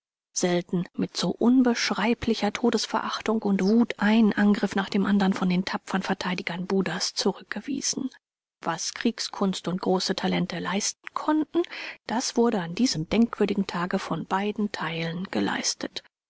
selten mit so unbeschreiblicher todesverachtung und wut ein angriff nach dem andern von den tapfern verteidigern budas zurückgewiesen was kriegskunst und große talente leisten konnten das wurde an diesem denkwürdigen tage von beiden teilen geleistet